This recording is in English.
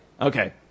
Okay